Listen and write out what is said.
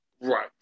Right